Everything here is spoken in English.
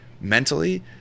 mentally